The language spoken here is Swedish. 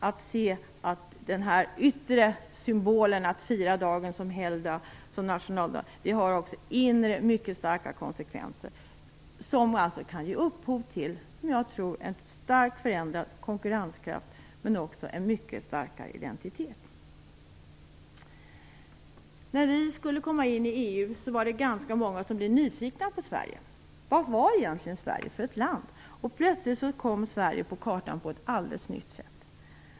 Det är oerhört viktigt att se att det yttre symboliska firandet av den 6 juni som helgdag, som nationaldag också har inre mycket påtagliga konsekvenser, som kan ge upphov till en starkt förbättrad konkurrenskraft men också en mycket starkare identitet. När vi skulle gå med i EU var det ganska många som blev nyfikna på Sverige. Vad var egentligen Sverige för ett land? Plötsligt kom Sverige på kartan på ett alldeles nytt sätt.